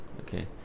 Okay